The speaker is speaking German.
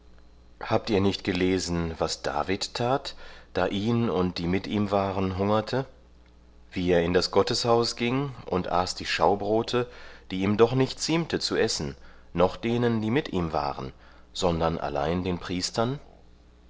habt ihr nicht gelesen was david tat da ihn und die mit ihm waren hungerte wie er in das gotteshaus ging und aß die schaubrote die ihm doch nicht ziemte zu essen noch denen die mit ihm waren sondern allein den priestern